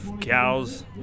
cows